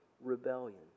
rebellion